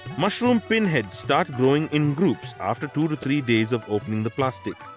mushroom pinheads start growing in groups after two to three days of opening the plastic.